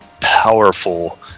powerful